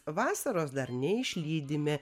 vasaros dar neišlydime